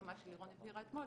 מה שלירון הבהירה אתמול,